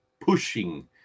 pushing